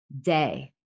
day